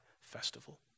festival